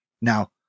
now